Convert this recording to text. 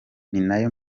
ninayo